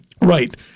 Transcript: right